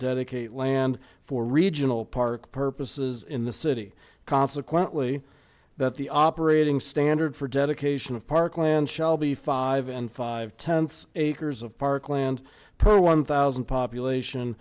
dedicate land for regional park purposes in the city consequently that the operating standard for dedication of parkland shall be five and five tenths acres of parkland per one thousand population